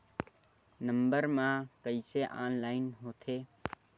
Number मा कइसे online होथे?